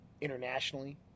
internationally